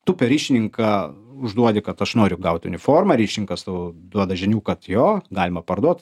tu per ryšininką užduodi kad aš noriu gaut uniformą ryšininkas tau duoda žinių kad jo galima parduot